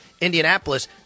Indianapolis